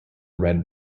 red